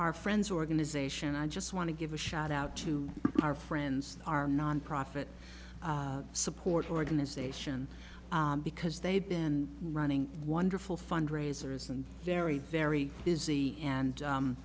our friends organization i just want to give a shout out to our friends our nonprofit support organization because they've been running wonderful fundraisers and very very busy and